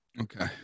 Okay